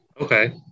Okay